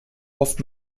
oft